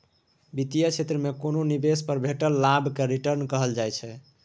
बित्तीय क्षेत्र मे कोनो निबेश पर भेटल लाभ केँ रिटर्न कहल जाइ छै